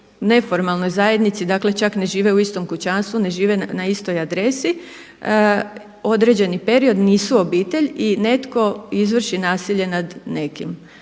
neformalnoj zajednici, dakle čak ne žive u istom kućanstvu, ne žive na istoj adresi određeni period nisu obitelj i netko izvrši nasilje nad nekim.